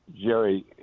Jerry